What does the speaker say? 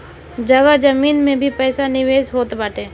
जगह जमीन में भी पईसा निवेश होत बाटे